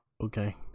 Okay